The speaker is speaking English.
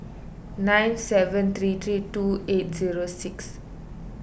nine seven three three two eight zero six